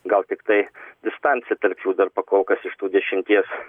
gal tiktai distancija tačiau dar pakolkas iš tų dešimties